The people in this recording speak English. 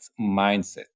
mindset